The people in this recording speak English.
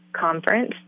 Conference